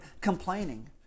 complaining